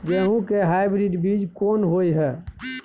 गेहूं के हाइब्रिड बीज कोन होय है?